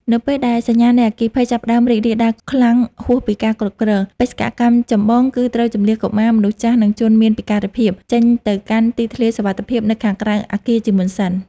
នៅពេលដែលសញ្ញានៃអគ្គីភ័យចាប់ផ្ដើមរីករាលដាលខ្លាំងហួសពីការគ្រប់គ្រង បេសកកម្មចម្បងគឺត្រូវជម្លៀសកុមារ មនុស្សចាស់ និងជនមានពិការភាព ចេញទៅកាន់ទីធ្លាសុវត្ថិភាពនៅខាងក្រៅអគារជាមុនសិន។